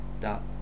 dot